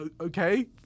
Okay